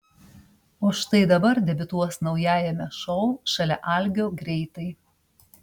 o štai dabar debiutuos naujajame šou šalia algio greitai